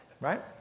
Right